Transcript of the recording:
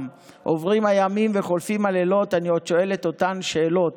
עוברים הימים וחולפים הלילות / אני עוד שואל את אותן שאלות